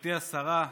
גברתי השרה.